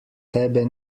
tebe